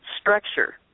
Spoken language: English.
structure